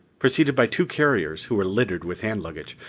preceded by two carriers who were littered with hand luggage,